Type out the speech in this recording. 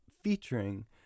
featuring